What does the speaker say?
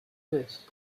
this